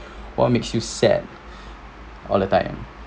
what makes you sad all the time